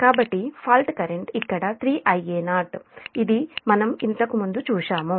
కాబట్టి fault current 3 Ia0 ఇది మనం ఇంతకు ముందు చూశాము